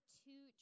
two